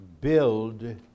build